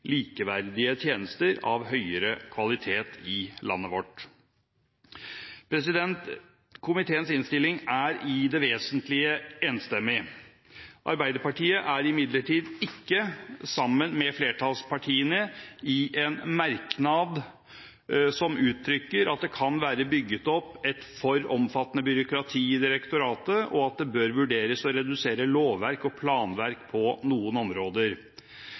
likeverdige tjenester av høyere kvalitet i landet vårt. Komiteens innstilling er i det vesentlige enstemmig. Arbeiderpartiet er imidlertid ikke med på en merknad sammen med flertallspartiene hvor en uttrykker at det kan være bygget opp et for omfattende byråkrati i direktoratet, og at det bør vurderes å redusere lovverk og planverk på noen områder.